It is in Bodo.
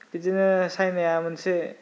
बिदिनो चाइनाया मोनसे